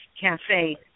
Cafe